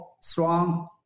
strong